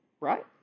Right